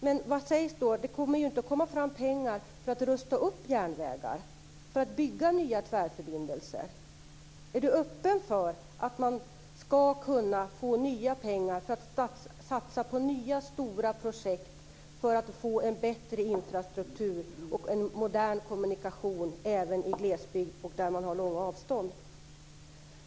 Men det kommer ju inte att komma fram pengar för att rusta upp järnvägar och bygga nya tvärförbindelser. Är näringsministern öppen för att man skall kunna få nya pengar för att satsa på nya stora projekt för att få en bättre infrastruktur och en modern kommunikation även i glesbygd och där man har långa avstånd?